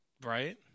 right